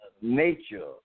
nature